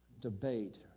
debate